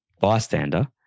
bystander